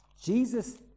Jesus